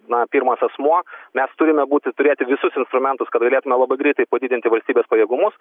na pirmas asmuo mes turime būti turėti visus instrumentus kad galėtume labai greitai padidinti valstybės pajėgumus